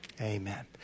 amen